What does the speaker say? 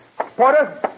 Porter